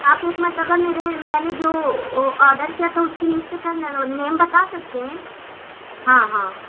آپ ایک مرتبہ میرے میں نے جو آڈر کیا تھا اس کی لسٹ کے نیم بتا سکتے ہیں ہاں ہاں